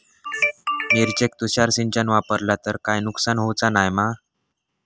मिरचेक तुषार सिंचन वापरला तर काय नुकसान होऊचा नाय मा?